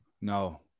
No